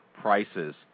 prices